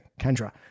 Kendra